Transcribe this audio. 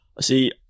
See